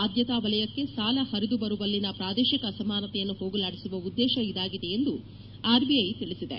ಆದ್ಯತಾ ವಲಯಕ್ಕೆ ಸಾಲ ಹರಿದುಬರುವಲ್ಲಿನ ಪ್ರಾದೇಶಿಕ ಅಸಮಾನತೆಯನ್ನು ಹೋಗಲಾಡಿಸುವ ಉದ್ದೇಶ ಇದಾಗಿದೆ ಎಂದು ಆರ್ಬಿಐ ತಿಳಿಸಿದೆ